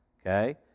okay